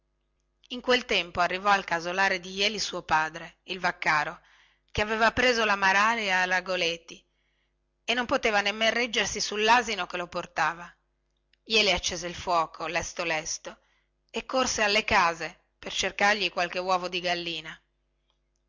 in quel tempo arrivò al casolare di jeli suo padre il vaccaro che aveva preso la malaria a ragoleti e non poteva nemmen reggersi sullasino che laveva portato jeli accese il fuoco lesto lesto e corse alle case per cercargli qualche uovo di gallina